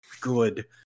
good